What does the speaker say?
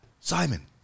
Simon